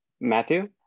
Matthew